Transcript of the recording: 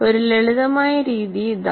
ഒരു ലളിതമായ രീതി ഇതാണ്